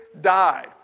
die